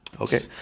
Okay